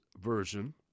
version